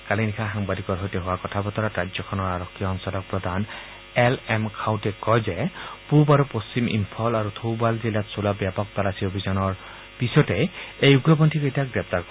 কালি নিশা সাংবাদিকৰ সৈতে হোৱা কথা বতৰাত ৰাজ্যখনৰ আৰক্ষী সঞ্চালক প্ৰধান এল এম খাউতে কয় যে পুব আৰু পশ্চিম ইম্ফল আৰু থৌবাল জিলাত ব্যাপক তালাচী অভিযান চলোৱাৰ পিছতে এই উগ্ৰপন্থীকেইটাক গ্ৰেপ্তাৰ কৰে